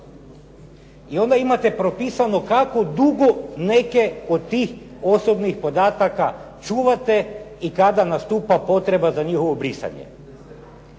I onda imate propisano kako dugo neke od tih osobnih podataka čuvate i kada nastupa potreba za njihovo brisanje.